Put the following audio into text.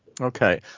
Okay